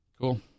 Cool